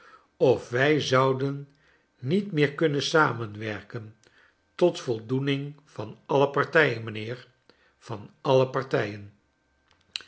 of wij zouden niet meer kunnen samenwerken tot voldoening van alle partijen mijnheer van alle partijen